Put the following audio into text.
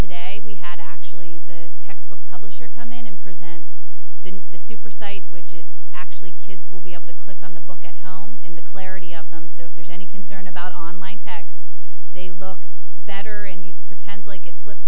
today we had actually the textbook publisher come in and present the super site which is actually kids will be able to click on the book at home and the clarity of them so if there's any concern about online texts they look better and you pretend like it flip